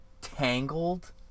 tangled